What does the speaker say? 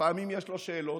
לפעמים יש לו שאלות,